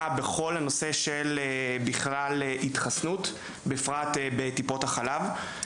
בכל הנושא של התחסנות ובפרט בטיפות החלב.